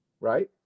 Right